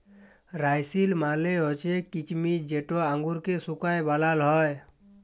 রাইসিল মালে হছে কিছমিছ যেট আঙুরকে শুঁকায় বালাল হ্যয়